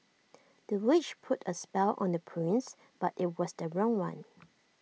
the witch put A spell on the prince but IT was the wrong one